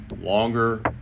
longer